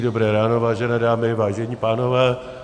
Dobré ráno, vážené dámy, vážení pánové.